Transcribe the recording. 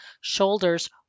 shoulders